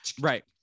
Right